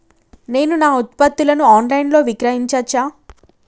నేను నా ఉత్పత్తులను ఆన్ లైన్ లో విక్రయించచ్చా?